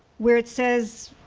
where it says,